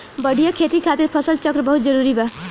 बढ़िया खेती खातिर फसल चक्र बहुत जरुरी बा